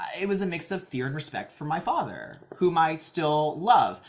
it was a mix of fear and respect for my father whom i still love.